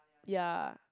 ya